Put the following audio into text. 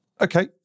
Okay